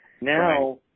now